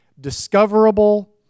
discoverable